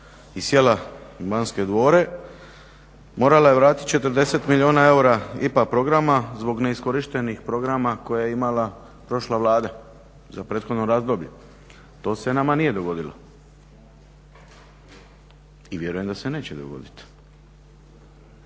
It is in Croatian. i sjela na Banske dvore, morala je vratiti 40 milijuna eura IPA programa zbog neiskorištenih programa koje je imala prošla Vlada za prethodno razdoblje. To se nama nije dogodilo i vjerujem da se neće dogoditi.